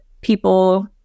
people